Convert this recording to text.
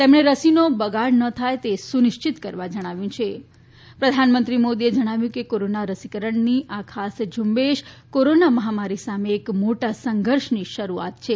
તેમણે રસીનો બગાડ ન થાય તે સુનિશ્ચિત કરવા જણાવ્યું છી પ્રધાનમંત્રી શ્રી મોદીએ જણાવ્યું કે કોરોના રસીકરણની આ ખાસ ઝુંબેશ કોરોના મહામારી સામે એક મોટા સંઘર્ષની શરૂઆત છે